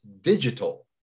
digital